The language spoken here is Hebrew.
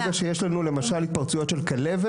ברגע שיש לנו למשל התפרצויות של כלבת,